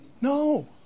No